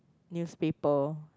newspaper